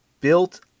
built